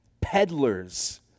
peddlers